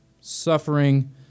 Suffering